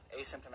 asymptomatic